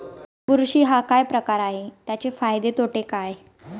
बुरशी हा काय प्रकार आहे, त्याचे फायदे तोटे काय?